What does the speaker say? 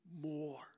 more